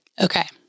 Okay